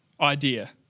idea